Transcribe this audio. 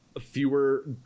fewer